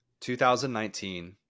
2019